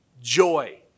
joy